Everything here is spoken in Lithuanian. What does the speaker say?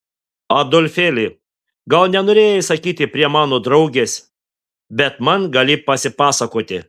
adolfėli gal nenorėjai sakyti prie mano draugės bet man gali pasipasakoti